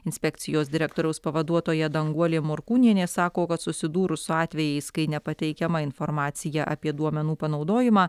inspekcijos direktoriaus pavaduotoja danguolė morkūnienė sako kad susidūrus su atvejais kai nepateikiama informacija apie duomenų panaudojimą